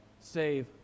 save